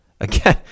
Again